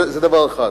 זה דבר אחד.